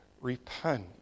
repent